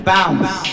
Bounce